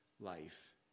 life